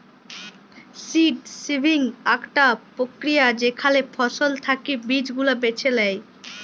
seed saving আকটা প্রক্রিয়া যেখালে ফসল থাকি বীজ গুলা বেছে লেয়